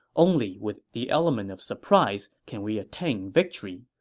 only with the element of surprise can we attain victory.